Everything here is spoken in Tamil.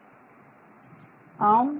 Student மாணவர் ஆம்